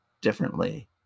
differently